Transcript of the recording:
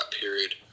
period